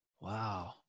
Wow